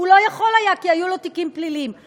לא נהוג שמפריעים באמצע הברכות.